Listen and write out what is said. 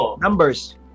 numbers